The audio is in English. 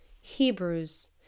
Hebrews